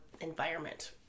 environment